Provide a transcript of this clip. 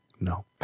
No